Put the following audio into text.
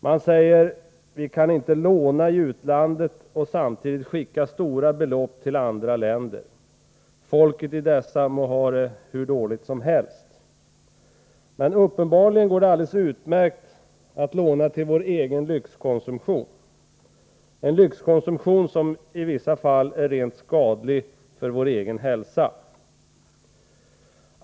Man säger att vi inte kan låna i utlandet och samtidigt skicka stora belopp till andra länder, folket i dessa må ha det hur dåligt som helst. Men uppenbarligen går det alldeles utmärkt att låna till vår egen lyckonsumtion som i vissa fall är rent skadlig för vår hälsa.